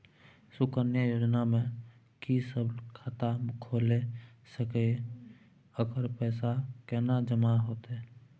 सुकन्या योजना म के सब खाता खोइल सके इ आ एकर पैसा केना जमा होतै?